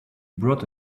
brought